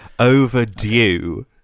Overdue